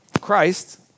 Christ